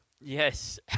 Yes